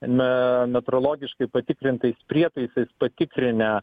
na metrologiškai patikrintais prietaisais patikrinę